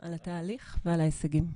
על התהליך ועל ההישגים.